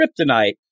kryptonite